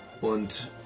Und